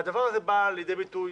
והדבר הזה בא לידי ביטוי